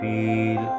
Feel